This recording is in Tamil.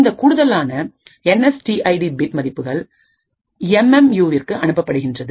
இந்த கூடுதலான N S D ID bit மதிப்புகள் எம் எம் யு விற்கு அனுப்பப்படுகின்றது